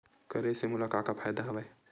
करे से मोला का का फ़ायदा हवय?